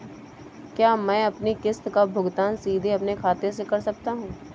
क्या मैं अपनी किश्त का भुगतान सीधे अपने खाते से कर सकता हूँ?